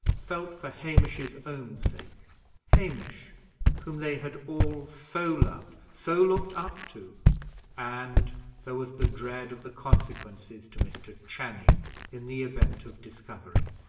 felt for hamish's own sake hamish whom they had all so loved, so looked up to and there was the dread of the consequences to mr. channing in the event of discovery.